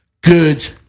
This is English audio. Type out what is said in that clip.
good